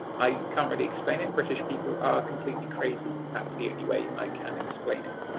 i can't really explain it british people are completely crazy. that's the only way i can explain it.